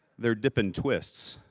they're dippin' twists.